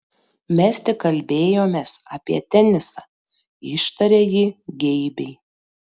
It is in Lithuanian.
mes tik kalbėjomės apie tenisą ištarė ji geibiai